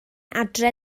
adre